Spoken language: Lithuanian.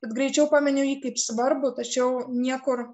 tad greičiau paminiu jį kaip svarbų tačiau niekur